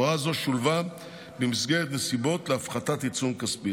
הוראה זו שולבה במסגרת נסיבות להפחתת עיצום כספי